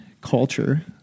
culture